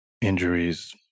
injuries